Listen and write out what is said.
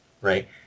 Right